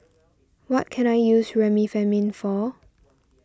what can I use Remifemin for